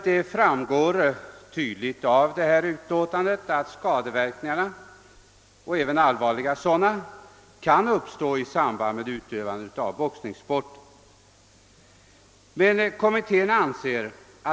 Det framgår tydligt av detsamma att skadeverkningar, även allvarliga sådana, kan uppstå i samband med utövandet av boxningssporten.